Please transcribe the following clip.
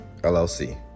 LLC